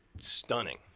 stunning